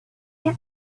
had